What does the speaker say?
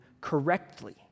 correctly